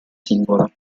singola